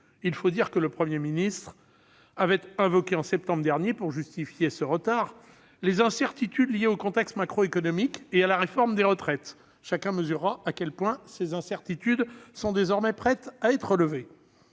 ce retard, le Premier ministre avait invoqué, en septembre dernier, les incertitudes liées au contexte macroéconomique et à la réforme des retraites ... Chacun mesurera à quel point ces incertitudes sont désormais prêtes à être levées